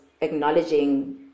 acknowledging